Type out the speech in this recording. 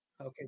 Okay